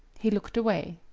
he looked away.